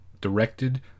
directed